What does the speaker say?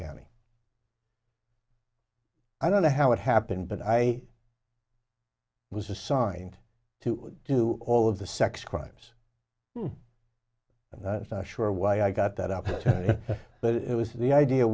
county i don't know how it happened but i was assigned to do all of the sex crimes and not sure why i got that up but it was the idea